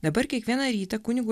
dabar kiekvieną rytą kunigu